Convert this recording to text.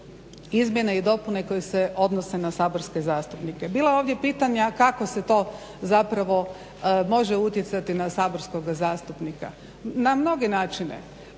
izmjene i dopune koje se odnose na saborski zastupnike. Bilo je ovdje pitanja, a kako se to zapravo može utjecati na saborskog zastupnika? Na mnoge načine.